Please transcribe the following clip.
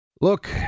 Look